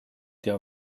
tea